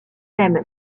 même